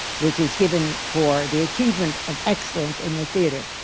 which is given for the achievement of excellence in the theatre.